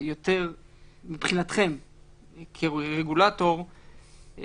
מבחינתכם כרגולטור,